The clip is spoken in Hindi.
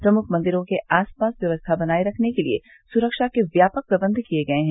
प्रमुख मंदिरों के आस पास व्यवस्था बनाए रखने के लिए सुरक्षा के व्यापक प्रबंध किए गये हैं